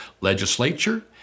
legislature